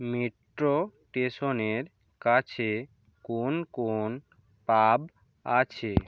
metro স্টেশনের কাছে কোন কোন পাব আছে